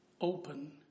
open